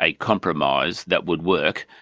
a compromise that would work.